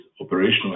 operational